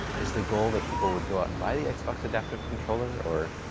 is the goal that people would go out and buy the xbox adaptive controller or